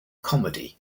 comedy